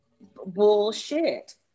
bullshit